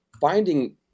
Finding